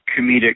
comedic